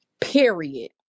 Period